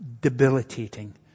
debilitating